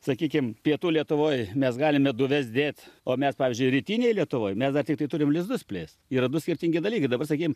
sakykim pietų lietuvoj mes galime duves dėt o mes pavyzdžiui rytinėj lietuvoj mes dar tiktai turim lizdus plės yra du skirtingi dalykai dabar sakykim